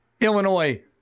Illinois